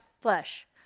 flesh